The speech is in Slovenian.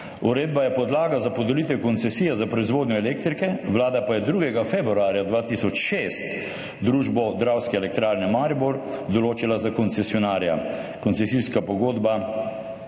Uredba je podlaga za podelitev koncesije za proizvodnjo elektrike, Vlada je 2. februarja 2006 družbo Dravske elektrarne Maribor določila za koncesionarja, koncesijska pogodba